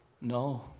No